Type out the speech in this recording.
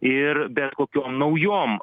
ir bet kokiom naujom